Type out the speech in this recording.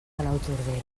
palautordera